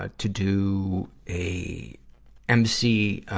ah to do a mc, ah,